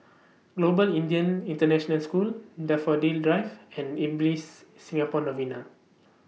Global Indian International School Daffodil Drive and Ibis Singapore Novena